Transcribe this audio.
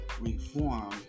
reform